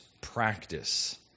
practice